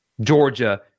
Georgia